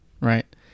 right